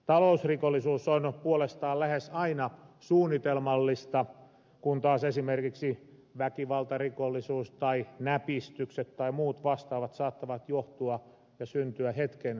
talousrikollisuus on puolestaan lähes aina suunnitelmallista kun taas esimerkiksi väkivaltarikollisuus tai näpistykset tai muut vastaavat saattavat johtua ja syntyä hetken mielijohteesta